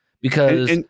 because-